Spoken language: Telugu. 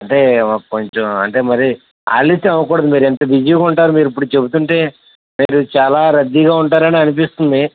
అంటే కొంచం అంటే మరి ఆలస్యం అవ్వకూడదు మీరు ఎంత బిజీగా ఉంటారు మీరు ఇప్పుడు చెప్తుంటే మీరు చాలా రద్దీగా ఉంటారు అని అనిపిస్తుంది